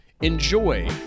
Enjoy